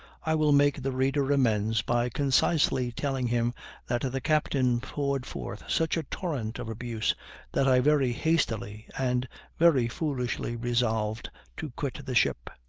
i will make the reader amends by concisely telling him that the captain poured forth such a torrent of abuse that i very hastily and very foolishly resolved to quit the ship.